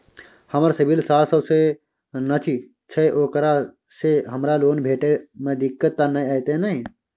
हमर सिबिल सात सौ से निचा छै ओकरा से हमरा लोन भेटय में दिक्कत त नय अयतै ने?